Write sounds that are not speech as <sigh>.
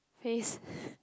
face <breath>